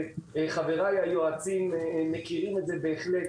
חבריי היועצים מכירים את זה בהחלט.